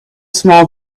small